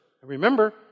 Remember